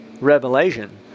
revelation